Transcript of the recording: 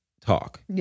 talk